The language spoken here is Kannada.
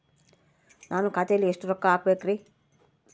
ನಾನು ಖಾತೆಯಲ್ಲಿ ಎಷ್ಟು ರೊಕ್ಕ ಹಾಕಬೇಕ್ರಿ?